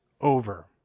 over